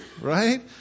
right